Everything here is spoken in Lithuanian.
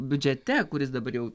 biudžete kuris dabar jau